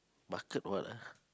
bucket what ah